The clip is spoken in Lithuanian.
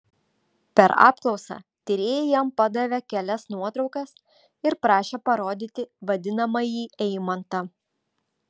per apklausą tyrėja jam padavė kelias nuotraukas ir prašė parodyti vadinamąjį eimantą